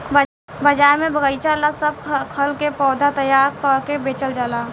बाजार में बगएचा ला सब खल के पौधा तैयार क के बेचल जाला